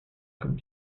comme